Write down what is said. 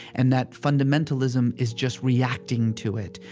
and that fundamentalism is just reacting to it.